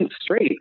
straight